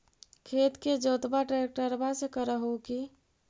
खेत के जोतबा ट्रकटर्बे से कर हू की?